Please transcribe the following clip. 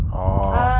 orh